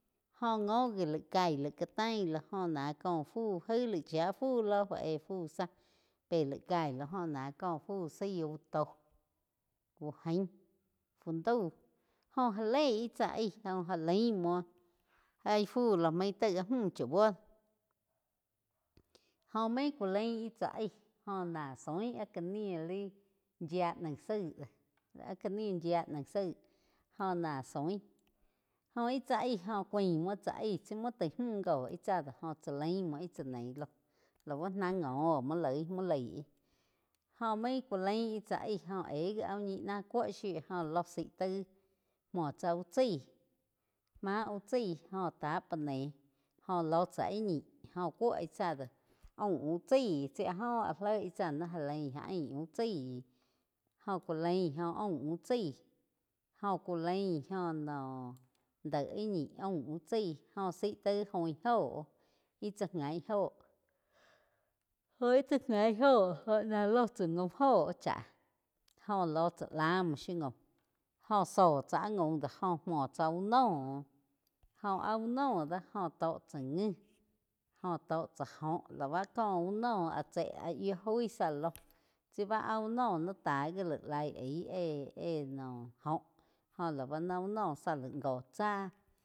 Jóh ngo gi laih kaíg laig ká tain loh joh npah có fú aig laig chía fu lo óh éh fu tzá pé laig caíg lo ná co fu zaí uh to, úh gain fu daú jóh gá leí ih tsá aig joh gá laim muo áh íh fu ló main taí áh múh chá buo jóh maín ku láin íh tzá aig óh náh zoin áh ká nih li yía naíg záig do, áh ka ni yía naíg záig do jóh náh zoin óh íh tsá aig óh cúain múo tsá aiag tsi múo taig múh gó ih tsá doh. Goh chá laim lúo ih tsá neí loh láu náh ngo oh múo lói múo laih, gó main kú lain ih tsá aig óh éh gá áh íh ñi ná cúo shiu jó lóh zaíg taig mou tsá úh chaig má uh chaíg óh tá pa né jóh lo tsá ih ñi óh cúo íh tsá do áum úh tsaí tsi áh joh lói ih tsá do naí gá lain áh ain úh tsaí jó ku laín jo aúm úh tsái jó cúlain joh noh dé íh ñi aím úh chái joh zaí taig óin óho íh chá gaín óho óh ih chá gain óho. óh ná ló tsá gaum óho cháh, óh lóh tsá lá muo shiu gaum jóh zí tsá áh gaum dó óh múo tsá úh noh j´h áh úh noh doh óh tóh tsáh ngi óh tó tsá joh lá báh có uh noh áh tse yíu oíh záh ló tsi bá úh no naí tá gi laig lai aig éh-éh noh óho joh laú úh noh záh laig jó tsáh.